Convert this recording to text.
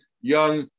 young